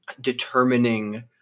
determining